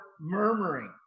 murmuring